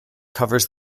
covers